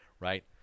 right